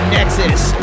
Nexus